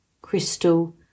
crystal